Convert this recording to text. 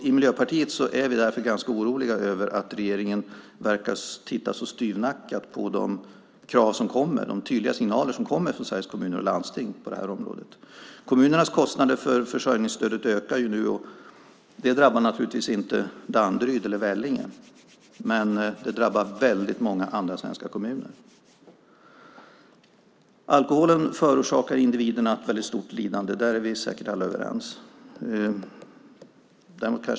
I Miljöpartiet är vi ganska oroliga över att regeringen verkar titta så styvnackat på de krav som kommer, de tydliga signaler som kommer från Sveriges kommuner och landsting på det här området. Kommunernas kostnader för försörjningsstödet ökar ju nu. Det drabbar naturligtvis inte Danderyd eller Vellinge, men det drabbar väldigt många andra svenska kommuner. Alkoholen förorsakar individerna väldigt stort lidande. Där är vi säkert alla överens.